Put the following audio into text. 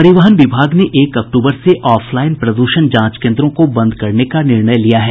परिवहन विभाग ने एक अक्टूबर से ऑफलाइन प्रदूषण जांच केंद्रों को बंद करने का निर्णय लिया है